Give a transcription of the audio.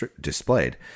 displayed